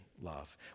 love